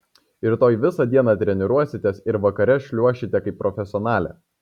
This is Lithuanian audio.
rytoj visą dieną treniruositės ir vakare šliuošite kaip profesionalė